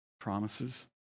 promises